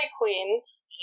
queens